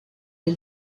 del